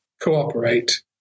cooperate